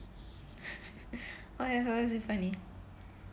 oh ya how was it funny